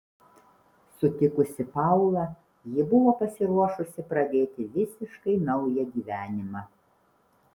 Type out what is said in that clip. sutikusi paulą ji buvo pasiruošusi pradėti visiškai naują gyvenimą